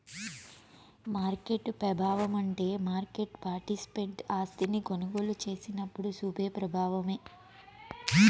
market పెబావమంటే market participant ఆస్తిని కొనుగోలు సేసినప్పుడు సూపే ప్రబావమే